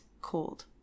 cold